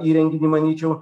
įrenginį manyčiau